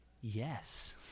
Yes